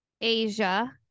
asia